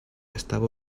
estava